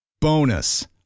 Bonus